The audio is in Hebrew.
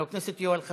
חבר הכנסת יואל חסון,